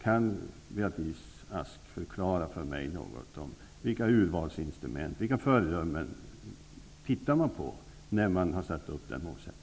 Kan Beatrice Ask förklara för mig något om vilka urvalsinstrument och vilka föredömen som regeringen tittar på när den har satt upp denna målsättning.